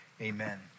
Amen